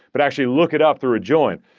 but actually look it up through a join.